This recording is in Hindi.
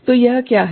तो यह क्या है